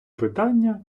питання